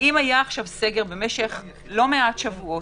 - אם היה סגר משך לא מעט שבועות,